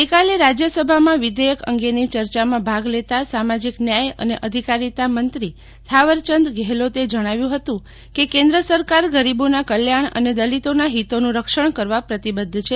ગઈકાલે રાજયસભામાં વિધેયક અંગેની ચર્ચામાં ભાગ લેતા સામાજિક ન્યાય અને અધિકારીતા મંત્રી થાવરચંદ ગેહલોતે જજ્ઞાવ્યું હતું કે કેન્દ્ર સરકાર ગરીબોના કલ્યાજ્ઞ અને દલિતોના હિતોનું રક્ષજ્ઞ કરવા પ્રતિબદ્ધ છે